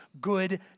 good